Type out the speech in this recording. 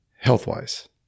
health-wise